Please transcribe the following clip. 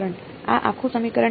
આ આખું સમીકરણ બરાબર છે